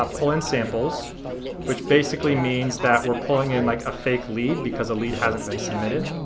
ah pull in samples which basically means that we're pulling in like a fake lead because a lead hasn't been submitted.